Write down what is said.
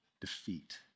defeat